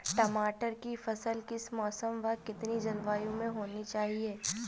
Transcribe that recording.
टमाटर की फसल किस मौसम व कितनी जलवायु में होनी चाहिए?